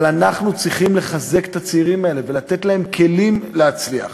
אבל אנחנו צריכים לחזק את הצעירים האלה ולתת להם כלים להצליח.